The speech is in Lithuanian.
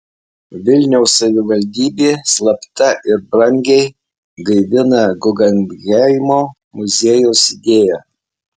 vilniaus savivaldybė slapta ir brangiai gaivina guggenheimo muziejaus idėją